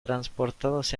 transportados